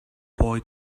boy